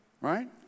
right